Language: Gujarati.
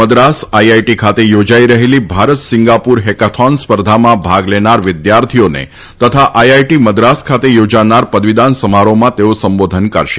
મદ્રાસ આઈઆઈટી ખાતે યોજાઈ રહેલી ભારત સિંગાપુર હેકાથીન સ્પર્ધામાં ભાગ લેનાર વિદ્યાર્થીઓને તથા આઈઆઈટી મદ્રાસ ખાતે યોજાનાર પદવીદાન સમારોહમાં તેઓ સંબોધન કરશે